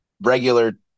regular